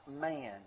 man